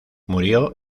murió